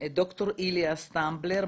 ד"ר איליה סטמבלר,